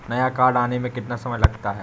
नया कार्ड आने में कितना समय लगता है?